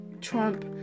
Trump